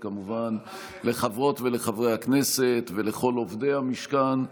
וכמובן לחברות ולחברי הכנסת ולכל עובדי המשכן.